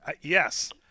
Yes